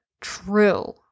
true